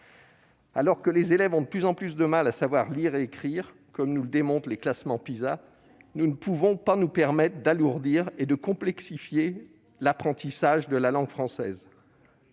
Alors que ces derniers ont de plus en plus de mal à savoir lire et écrire, comme nous le démontrent les classements PISA, nous ne pouvons nous permettre d'alourdir et de complexifier l'apprentissage de la langue française.